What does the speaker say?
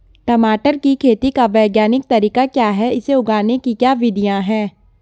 टमाटर की खेती का वैज्ञानिक तरीका क्या है इसे उगाने की क्या विधियाँ हैं?